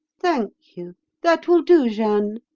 thank you, that will do, jeanne